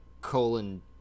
colon